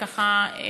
ככה,